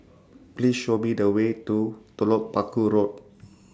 Please Show Me The Way to Telok Paku Road